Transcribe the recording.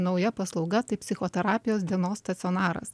nauja paslauga tai psichoterapijos dienos stacionaras